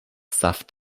saft